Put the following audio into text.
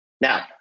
Now